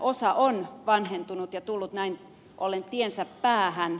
osa on vanhentunut ja tullut näin ollen tiensä päähän